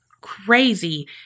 crazy